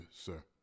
sir